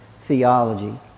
theology